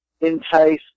entice